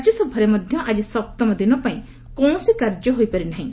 ରାଜ୍ୟସଭାରେ ମଧ୍ୟ ଆଜି ସପ୍ତାମ ଦିନ ପାଇଁ କୌଣସି କାର୍ଯ୍ୟ ହୋଇପାରି ନାହିଁ